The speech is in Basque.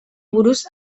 buruz